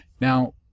Now